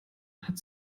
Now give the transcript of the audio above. hat